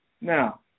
Now